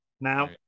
Now